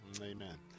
Amen